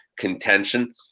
contention